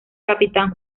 capitán